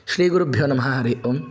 श्रीगुरुभ्यो नमः हरिः ओम्